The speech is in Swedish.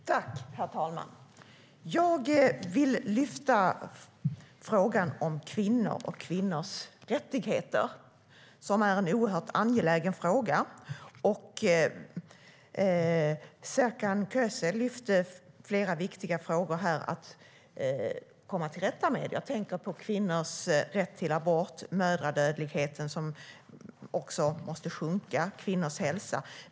Herr talman! Jag vill lyfta fram frågan om kvinnor och kvinnors rättigheter, som är en oerhört angelägen fråga. Serkan Köse tog upp flera viktiga frågor att komma till rätta med. Jag tänker på kvinnors rätt till abort, mödradödligheten som måste sjunka och kvinnors hälsa.